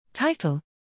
Title